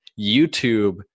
youtube